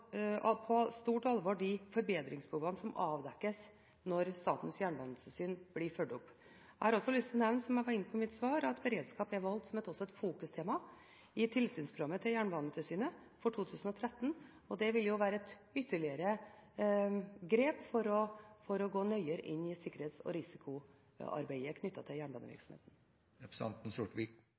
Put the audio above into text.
på stort alvor at de forbedringsbehovene som avdekkes av Statens jernbanetilsyn, blir fulgt opp. Jeg har også lyst til å nevne – jeg var inne på det i mitt svar – at beredskap også er valgt som et fokustema i Jernbanetilsynets tilsynsprogram for 2013. Det vil jo være ytterligere et grep for å gå nøyere inn i sikkerhets- og risikoarbeidet knyttet til